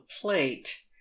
plate